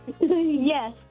Yes